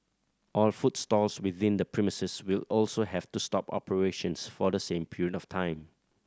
all food stalls within the premises will also have to stop operations for the same period of time